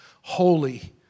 holy